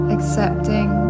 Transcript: Accepting